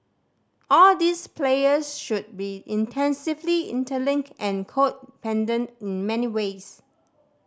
all these players should be intensively interlinked and codependent in many ways